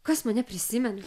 kas mane prisimena